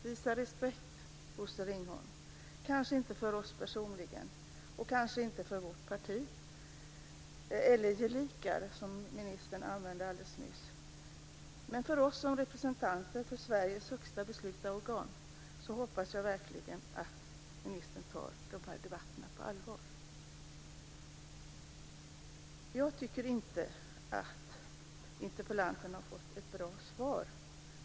Visa respekt, Bosse Ringholm, kanske inte för oss personligen och kanske inte för vårt parti eller "gelikar" - ett ord som ministern använde alldeles nyss - men för oss som representanter för Sveriges högsta beslutande organ. Jag hoppas verkligen att ministern tar de här debatterna på allvar. Jag tycker inte att interpellanten har fått ett bra svar.